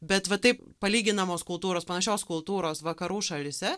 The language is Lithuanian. bet va taip palyginamos kultūros panašios kultūros vakarų šalyse